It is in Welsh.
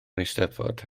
eisteddfod